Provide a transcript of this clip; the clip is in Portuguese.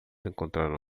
encontraram